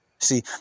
See